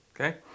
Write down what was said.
Okay